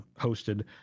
hosted